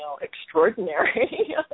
extraordinary